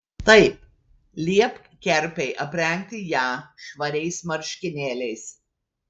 taip liepk kerpei aprengti ją švariais marškinėliais